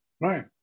Right